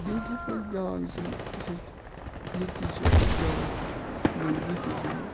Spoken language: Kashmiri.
بیٚیہِ ہٮ۪کو أسۍ بیٛاکھ ضِلہٕ یُس اَسہِ ییٚتی چھِ بیٛاکھ نزدیٖکی ضِلہٕ